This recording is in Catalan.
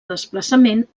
desplaçament